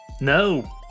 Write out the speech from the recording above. No